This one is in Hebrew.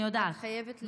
את חייבת לקרוא,